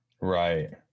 right